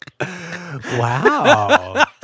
Wow